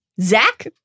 Zach